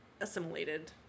assimilated